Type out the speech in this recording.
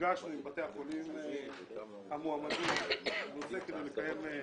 נפגשנו עם בתי החולים המועמדים כדי לקיים.